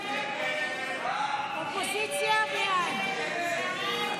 הסתייגות 1926 לא נתקבלה.